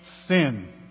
sin